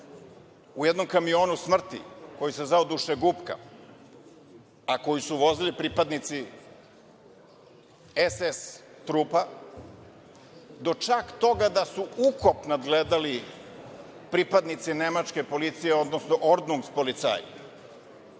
u jednom kamionu smrti, koji se zvao „dušegupka“, a koji su vozili pripadnici SS trupa, do čak toga da su ukop nadgledali pripadnici nemačke policije, odnosno ordnungspolicaj. Dakle,